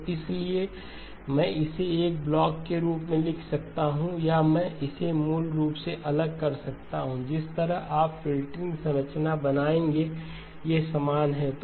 तो इसलिए मैं इसे एक ब्लॉक के रूप में लिख सकता हूं या मैं इसे मूल रूप से अलग कर सकता हूं जिस तरह से आप फिल्टर संरचनाएं बनाएंगे ये समान हैं